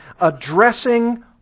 Addressing